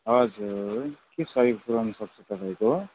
हजुर के सहयोग पुर्याउनु सक्छु तपाईँको